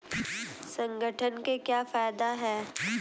संगठन के क्या फायदें हैं?